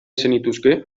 zenituzke